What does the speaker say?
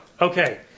okay